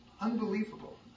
Unbelievable